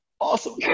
Awesome